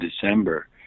December